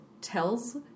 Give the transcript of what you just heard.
tells